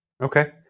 Okay